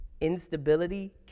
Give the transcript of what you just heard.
instability